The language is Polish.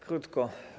Krótko.